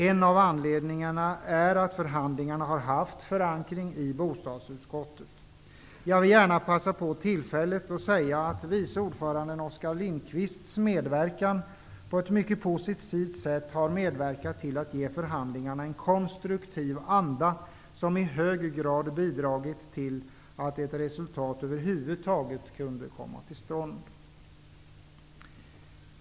En av anledningarna är att förhandlingarna har haft förankring i bostadsutskottet. Jag vill gärna passa på att säga att vice ordföranden Oskar Lindkvists medverkan på ett mycket positivt sätt har bidragit till att förhandlingarna präglats av en konstruktiv anda, som i sin tur i hög grad bidragit till att det över huvud taget blev ett resultat.